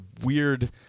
weird